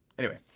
anyway,